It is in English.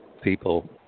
people